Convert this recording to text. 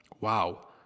wow